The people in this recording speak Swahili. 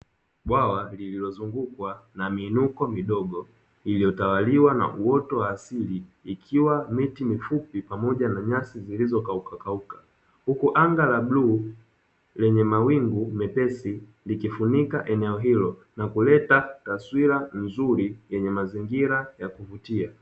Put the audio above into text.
Bwawa lililozungukwa na miinuko midogo iliyotawaliwa na uoto wa asili ikiwa miti mifupi pamoja na nyasi zilizo kauka kauka, huku anga la bluu lenye mawingu mepesi likifunika eneo hilo na kuleta taswira nzuri yenye mazingira ya kuvutia.